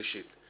שלישית.